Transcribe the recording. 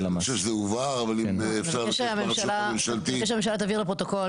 אני חושב שזה הובהר אבל --- נבקש שהממשלה תבהיר לפרוטוקול